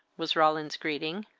was roland's greeting.